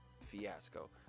fiasco